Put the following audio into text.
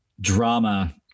drama